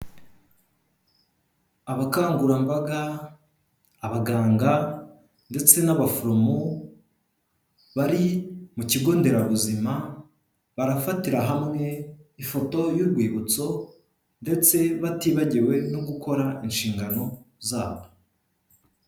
Abakangurambaga, abaganga, ndetse n'abaforomo, bari mu kigo nderabuzima, barafatira hamwe ifoto y'urwibutso, ndetse batibagiwe no gukora inshingano zabo.